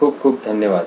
खूप खूप धन्यवाद